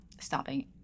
stopping